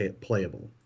playable